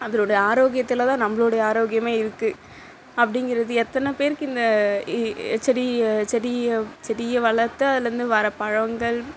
அதனோடைய ஆரோக்கியத்தில் தான் நம்ளோடைய ஆரோக்கியமே இருக்கு அப்படிங்குறது எத்தனை பேருக்கு இந்த செடியை செடியை செடியை வளர்த்து அதுலருந்து வர பழங்கள்